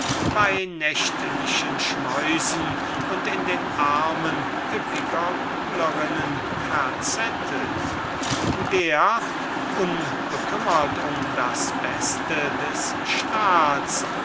bei nächtlichen schmäusen und in den feilen armen üppiger buhlerinnen verzettelt der unbekümmert um das beste des staats